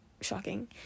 shocking